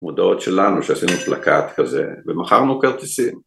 מודעות שלנו שעשינו פלקט כזה ומכרנו כרטיסים